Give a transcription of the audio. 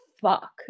fuck